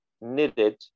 knitted